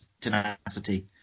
tenacity